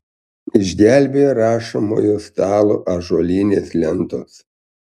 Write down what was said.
išgelbėjo rašomojo stalo ąžuolinės lentos